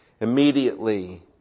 Immediately